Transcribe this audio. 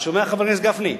אתה שומע, חבר הכנסת גפני?